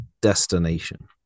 destination